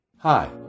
Hi